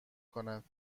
کند